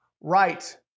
right